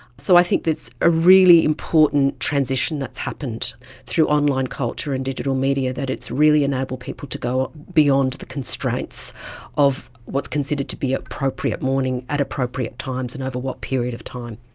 so i think it's a really important transition that's happened through online culture and digital media, that it's really enabled people to go beyond the constraints of what's considered to be appropriate mourning at appropriate times and over what period of time.